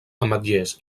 ametllers